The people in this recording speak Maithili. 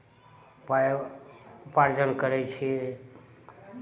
पाइ उपार्जन करै छियै